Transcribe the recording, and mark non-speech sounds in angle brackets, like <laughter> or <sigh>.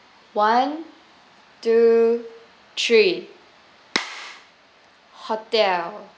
one two three <noise> hotel